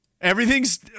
Everything's